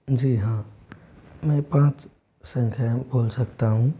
जी हाँ मैं पाँच संख्याएं बोल सकता हूँ